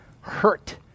hurt